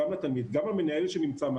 בגל הראשון, ניסיתי קצת להבין